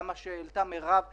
גם מה שהעלתה מירב כהן,